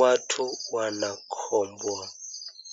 watu wanakomboa.